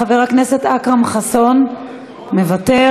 חבר הכנסת אכרם חסון מוותר.